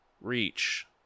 reach